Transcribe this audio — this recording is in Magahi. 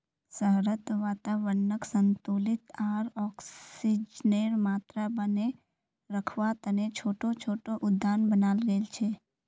शहरत वातावरनक संतुलित आर ऑक्सीजनेर मात्रा बनेए रखवा तने छोटो छोटो उद्यान बनाल गेल छे